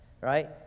right